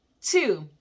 Two